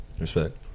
Respect